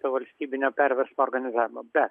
to valstybinio perversmo organizavimo bet